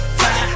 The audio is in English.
fly